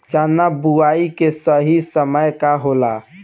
चना बुआई के सही समय का होला?